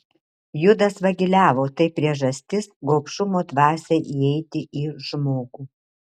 judas vagiliavo tai priežastis gobšumo dvasiai įeiti į žmogų